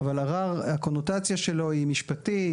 אבל "ערר" הקונוטציה שלו היא משפטית.